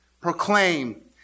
Proclaim